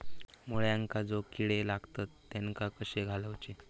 मुळ्यांका जो किडे लागतात तेनका कशे घालवचे?